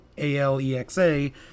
A-L-E-X-A